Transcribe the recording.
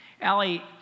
Allie